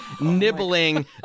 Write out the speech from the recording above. nibbling